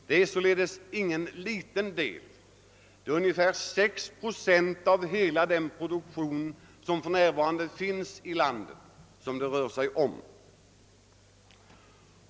Det är således ingen liten del. Det är ungefär 6 procent av hela den produktion vi för närvarande har i landet som det rör sig om.